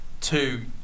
two